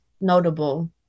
notable